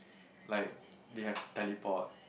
like they have teleport